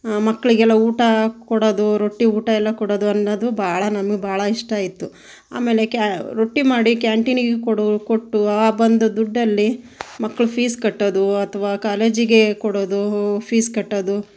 ಮಕ್ಕಳಿಗೆಲ್ಲ ಊಟ ಕೊಡೋದು ರೊಟ್ಟಿ ಊಟ ಎಲ್ಲ ಕೊಡೋದು ಅನ್ನೋದು ಭಾಳ ನನಗೆ ಭಾಳ ಇಷ್ಟಇತ್ತು ಆಮೇಲೆ ಕ್ಯಾ ರೊಟ್ಟಿ ಮಾಡಿ ಕ್ಯಾಂಟೀನಿಗೆ ಕೊಡು ಕೊಟ್ಟು ಆ ಬಂದ ದುಡ್ಡಲ್ಲಿ ಮಕ್ಕಳ ಫೀಸ್ ಕಟ್ಟೋದು ಅಥವಾ ಕಾಲೇಜಿಗೆ ಕೊಡೋದು ಫೀಸ್ ಕಟ್ಟೋದು